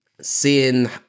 seeing